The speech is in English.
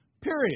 Period